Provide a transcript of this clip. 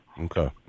Okay